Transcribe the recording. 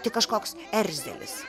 tik kažkoks erzelis